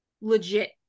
legit